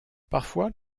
parfois